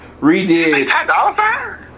redid